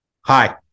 Hi